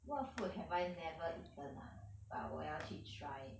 what food have I never eaten ah but 我要去 try ah